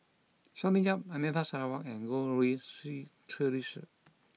Sonny Yap Anita Sarawak and Goh Rui Si Theresa